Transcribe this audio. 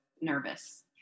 nervous